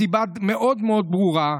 הסיבה מאוד מאוד ברורה: